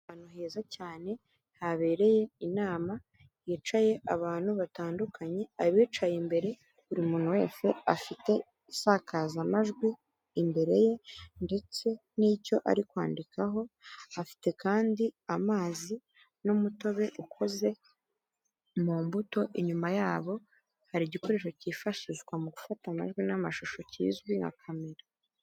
Ahantu heza cyane habereye inama hicaye abantu batandukanye, abicaye imbere buri muntu wese afite isakazamajwi imbere ye ndetse n'icyo ari kwandikaho afite kandi amazi n'umutobe ukoze mu mbuto, inyuma yabo hari igikoresho cyifashishwa mu gufata amajwi n'amashusho kizwi nka kamera.